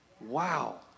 Wow